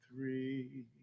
three